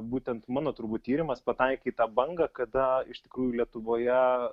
būtent mano turbūt tyrimas pataikė į tą bangą kada iš tikrųjų lietuvoje